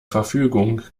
verfügung